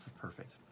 perfect